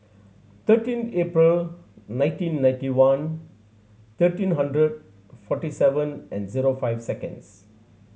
thirteen April nineteen ninety one thirteen hundred forty seven andzero five seconds